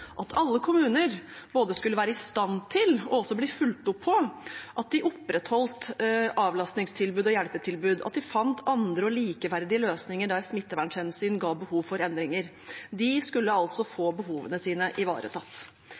alle kommuner både skulle være i stand til, og også bli fulgt opp på, å opprettholde avlastningstilbud og hjelpetilbud og å finne andre og likeverdige løsninger der smittevernhensyn ga behov for endringer. De skulle altså få behovene sine ivaretatt.